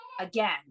again